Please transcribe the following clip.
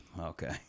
Okay